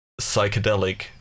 psychedelic